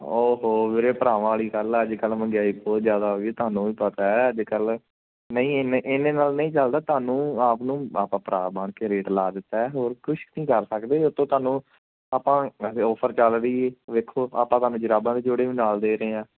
ਓ ਹੋ ਵੀਰੇ ਭਰਾਵਾਂ ਵਾਲੀ ਗੱਲ ਅੱਜ ਕੱਲ੍ਹ ਮਹਿੰਗਈ ਬਹੁਤ ਜ਼ਿਆਦਾ ਹੋ ਗਈ ਤੁਹਾਨੂੰ ਵੀ ਪਤਾ ਅੱਜ ਕੱਲ੍ਹ ਨਹੀਂ ਇਹਨੇ ਇਹਨੇ ਨਾਲ ਨਹੀਂ ਚੱਲਦਾ ਤੁਹਾਨੂੰ ਆਪ ਨੂੰ ਆਪਾਂ ਭਰਾ ਬਣ ਕੇ ਰੇਟ ਲਾ ਦਿੱਤਾ ਹੋਰ ਕੁਛ ਨਹੀਂ ਕਰ ਸਕਦੇ ਉਤੋਂ ਤੁਹਾਨੂੰ ਆਪਾਂ ਆਫਰ ਚੱਲ ਰਹੀ ਵੇਖੋ ਆਪਾਂ ਤੁਹਾਨੂੰ ਜੁਰਾਬਾਂ ਦੇ ਜੋੜੇ ਵੀ ਨਾਲ ਦੇ ਰਹੇ ਹਾਂ